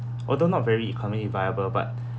although not very economy viable but